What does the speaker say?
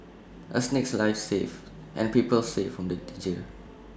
A snake's life saved and people saved from danger